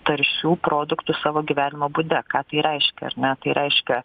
taršių produktų savo gyvenimo būde ką tai reiškia ar ne tai reiškia